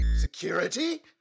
security